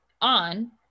on